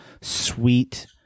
sweet